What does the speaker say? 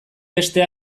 beste